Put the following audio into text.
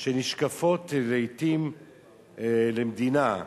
שנשקפות לעתים למדינה: